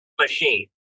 machine